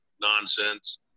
nonsense